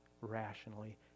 rationally